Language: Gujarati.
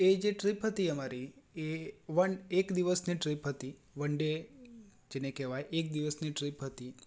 એ જે ટ્રીપ હતી અમારી એ વન એક દિવસની ટ્રીપ હતી વન ડે જેને કહેવાય એક દિવસની ટ્રીપ હતી